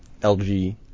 LG